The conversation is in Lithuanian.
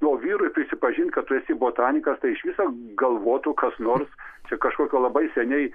na o vyrui prisipažint kad tu esi botanikas tai iš viso galvotų kas nors čia kažkokio labai seniai